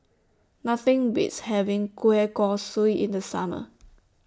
Nothing Beats having Kueh Kosui in The Summer